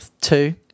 Two